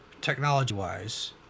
technology-wise